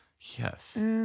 Yes